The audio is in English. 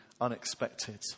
unexpected